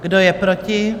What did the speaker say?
Kdo je proti?